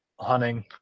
hunting